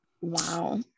Wow